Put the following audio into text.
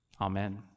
amen